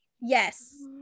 Yes